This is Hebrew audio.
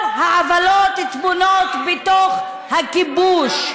כל העוולות טמונות בתוך הכיבוש.